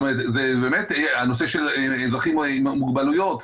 נושא של אזרחים עם מוגבלויות.